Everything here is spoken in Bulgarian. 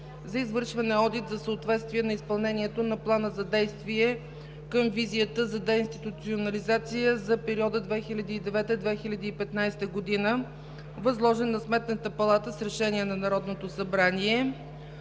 за извършване на одит за съответствие на изпълнението на Плана за действие към Визията за деинституционализация за периода 2009 – 2015 г., възложен на Сметната палата с Решение на Народното събрание.